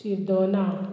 शिरदोना